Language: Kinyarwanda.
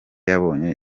yabonye